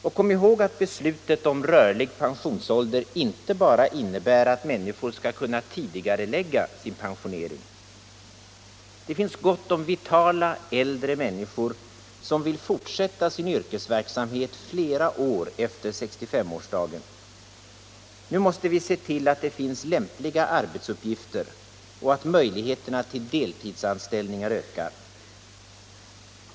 Och kom ihåg att beslutet om rörlig pensionsålder inte bara innebär att människor skall kunna tidigarelägga sin pensionering. Det finns gott om vitala äldre människor som vill fortsätta sin yrkesverksamhet flera år efter 65-årsdagen. Nu måste vi se till att det finns lämpliga arbetsuppgifter och att möjligheterna till deltidsanställningar ökar.